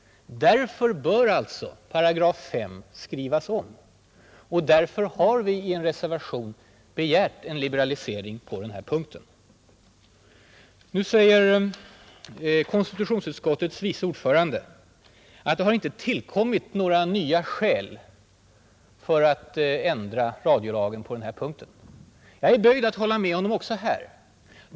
Därför bör alltså § 5 skrivas om och därför har folkpartiet i en reservation begärt en liberalisering på denna punkt. Nu säger konstitutionsutskottets vice ordförande att det inte har tillkommit några nya skäl för att ändra radiolagen på den här punkten. Jag är böjd att hålla med honom också här.